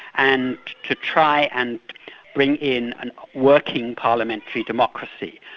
and to try and bring in a working parliamentary democracy.